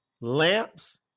lamps